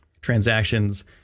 transactions